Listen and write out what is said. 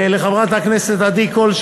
לחברת הכנסת עדי קול,